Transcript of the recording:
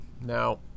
Now